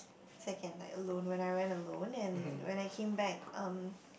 second like alone when I went alone and when I came back um